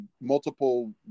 multiple